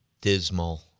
dismal